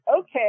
okay